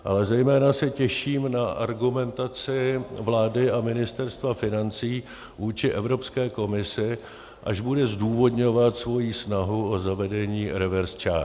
Ale zejména se těším na argumentaci vlády a Ministerstva financí vůči Evropské komisi, až bude zdůvodňovat svoji snahu o zavedení reverse charge.